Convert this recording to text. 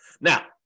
Now